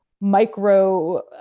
micro